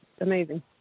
amazing